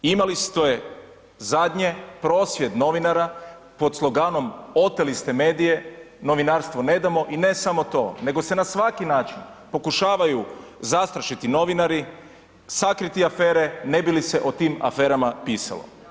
Imali ste zadnje prosvjed novinara pod sloganom, oteli ste medije, novinarstvo ne damo i ne samo to, nego se na svaki način, pokušavaju zastrašiti novinari, sakriti afere, ne bi li se o tim aferama pisalo.